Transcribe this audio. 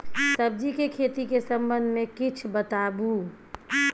सब्जी के खेती के संबंध मे किछ बताबू?